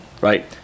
right